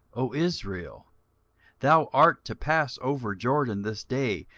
o israel thou art to pass over jordan this day,